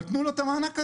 אבל תנו לו את המענק הזה,